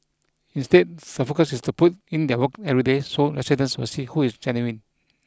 instead the focus is to put in their work every day so residents will see who is genuine